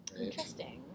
Interesting